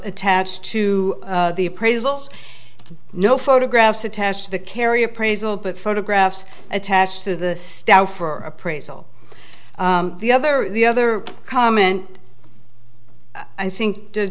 attached to the appraisals no photographs attached to carry appraisal but photographs attached to the staff for appraisal the other the other comment i think